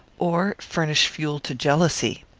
or furnish fuel to jealousy.